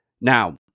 now